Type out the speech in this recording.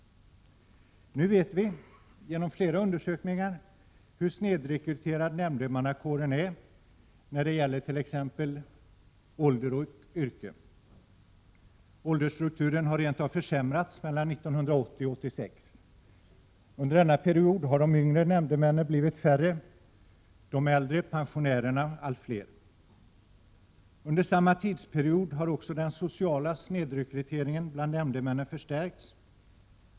Genom flera undersökningar vet vi att nämndemannakåren är snedrekryterad när det t.ex. gäller ålder och yrke. Åldersstrukturen har rent av försämrats mellan åren 1980 och 1986. Under denna period har de yngre nämndemännen blivit färre och de äldre, pensionärerna allt fler. Under samma tidsperiod har också den sociala snedrekryteringen bland nämndemännen förstärkts.